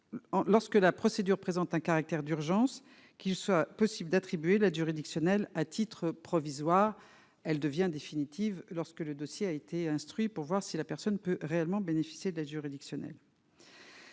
lorsque la procédure présente un caractère d'urgence, qu'il soit possible d'attribuer l'aide juridictionnelle, à titre provisoire, elle devient définitive lorsque le dossier a été instruit pour voir si la personne ne peut réellement bénéficié de la juridictionnelle.